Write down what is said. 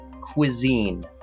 cuisine